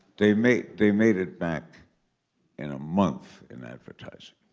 they made they made it back in a month in advertising.